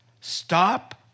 Stop